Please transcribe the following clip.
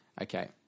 Okay